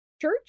Church